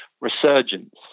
resurgence